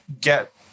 get